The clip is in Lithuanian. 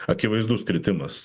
akivaizdus kritimas